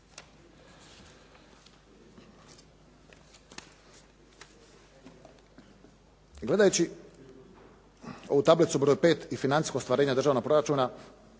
Hvala vam